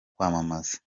kwamamaza